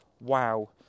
wow